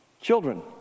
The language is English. Children